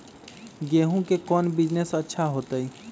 गेंहू के कौन बिजनेस अच्छा होतई?